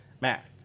Matt